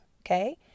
okay